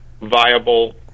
viable